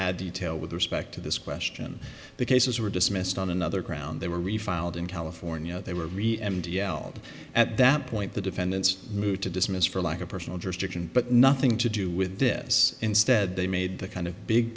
add detail with respect to this question the cases were dismissed on another ground they were refiled in california they were really m t l at that point the defendants moved to dismiss for lack of personal jurisdiction but nothing to do with this instead they made the kind of big